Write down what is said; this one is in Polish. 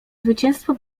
zwycięstwo